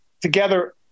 together